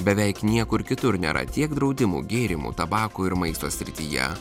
beveik niekur kitur nėra tiek draudimų gėrimų tabako ir maisto srityje